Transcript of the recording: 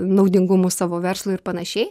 naudingumų savo verslui ir panašiai